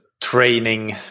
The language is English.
Training